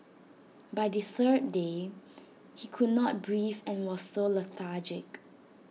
by the third day he could not breathe and was so lethargic